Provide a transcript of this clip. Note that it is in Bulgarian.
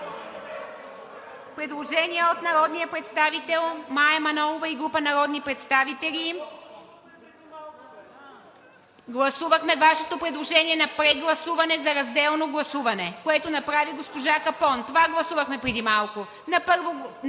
Предложение от народния представител Мая Манолова и група народни представители. (Шум и реплики.) Вашето предложение гласувахме на прегласуване за разделно гласуване, което направи госпожа Капон – това гласувахме преди малко.